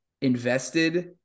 invested